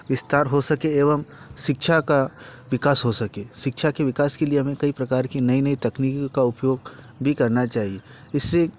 विस्तार हो सके एवं शिक्षा का विकास हो सके शिक्षा के विकास के लिए हमें कई प्रकार की नई नई तकनीकों का उपयोग भी करना चाहिए इससे